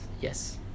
Yes